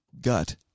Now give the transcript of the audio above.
gut